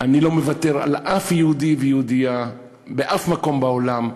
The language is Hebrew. אני לא מוותר על אף יהודי ויהודייה באף מקום בעולם,